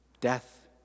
death